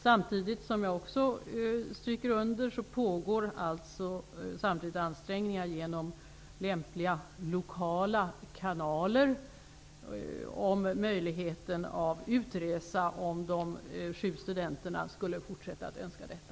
Samtidigt pågår alltså, vilket jag också stryker under, genom lämpliga lokala kanaler ansträngningar för att göra det möjligt för de sju studenterna att resa ut om de skulle fortsätta att önska detta.